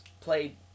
played